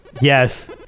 Yes